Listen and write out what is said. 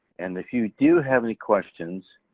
and if you do have any questions,